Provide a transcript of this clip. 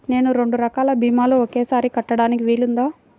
నేను రెండు రకాల భీమాలు ఒకేసారి కట్టడానికి వీలుందా?